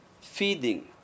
feeding